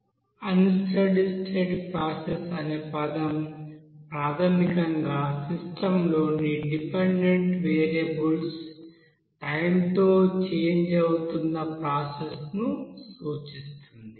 అన్ study state process అనే పదం ప్రాథమికంగా సిస్టంలోని డిపెండెంట్ వేరియబుల్స్ టైం తో చేంజ్ అవుతున్న ప్రాసెస్ ను సూచిస్తుంది